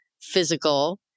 physical